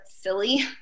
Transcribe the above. silly